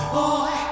boy